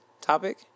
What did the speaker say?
topic